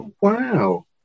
Wow